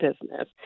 business